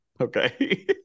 Okay